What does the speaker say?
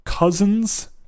Cousins